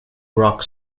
rock